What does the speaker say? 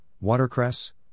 watercress